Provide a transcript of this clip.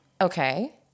okay